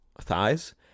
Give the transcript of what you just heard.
thighs